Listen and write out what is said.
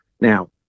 Now